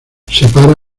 separa